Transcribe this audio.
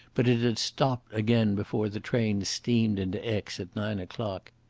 but it had stopped again before the train steamed into aix at nine o'clock.